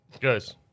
Guys